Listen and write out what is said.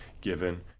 given